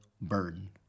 burden